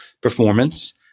performance